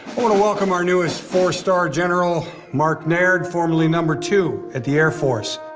want to welcome our newest four-star general, mark naird, formerly number two at the air force.